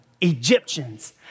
Egyptians